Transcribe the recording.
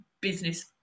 business